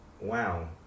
wow